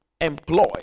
employ